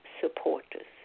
supporters